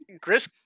Chris